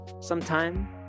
sometime